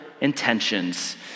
intentions